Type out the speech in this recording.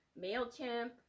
MailChimp